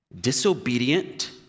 disobedient